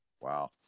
Wow